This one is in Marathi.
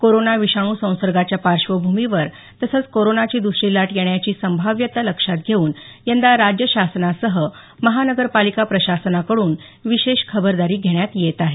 कोरोना विषाणू संसर्गाच्या पार्श्वभूमीवर तसंच कोरोनाची द्सरी लाट येण्याची संभाव्यता लक्षात घेऊन यंदा राज्य शासनासह महानगरपालिका प्रशासनाकडून विशेष खबरदारी घेण्यात येत आहे